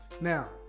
Now